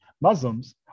Muslims